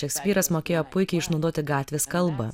šekspyras mokėjo puikiai išnaudoti gatvės kalbą